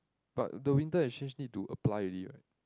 but the winter exchange need to apply already what